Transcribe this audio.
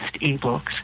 e-books